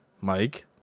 Mike